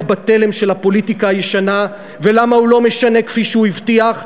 בתלם של הפוליטיקה הישנה ולמה הוא לא משנה כפי שהוא הבטיח.